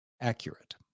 accurate